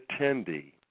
attendee